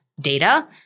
data